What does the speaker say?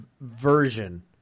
version